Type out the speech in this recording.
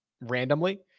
randomly